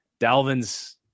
Dalvin's